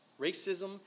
Racism